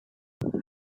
cushing